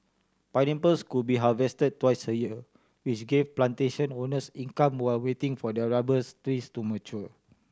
pineapples could be harvested twice a year which gave plantation owners income while waiting for their rubbers trees to mature